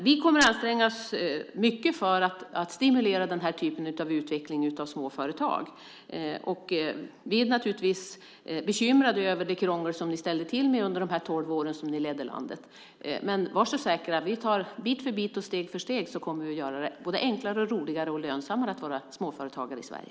Vi kommer att anstränga oss mycket för att stimulera den här typen av utveckling av små företag. Vi är naturligtvis bekymrade över det krångel som ni ställde till med under de tolv år då ni ledde landet, men var så säkra: Bit för bit och steg för steg kommer vi att göra det enklare, roligare och lönsammare att vara småföretagare i Sverige.